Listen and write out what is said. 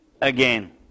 again